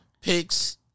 Picks